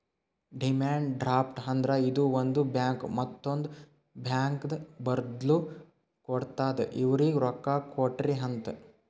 demand draft ಅಂದ್ರ ಇದು ಒಂದು ಬ್ಯಾಂಕ್ ಮತ್ತೊಂದ್ ಬ್ಯಾಂಕ್ಗ ಬರ್ದು ಕೊಡ್ತಾದ್ ಇವ್ರಿಗ್ ರೊಕ್ಕಾ ಕೊಡ್ರಿ ಅಂತ್